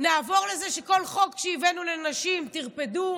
נעבור לזה שכל חוק שהבאנו לנשים טרפדו.